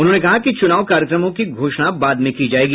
उन्होंने कहा कि चुनाव कार्यक्रमों की घोषणा बाद में की जायेगी